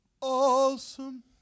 Awesome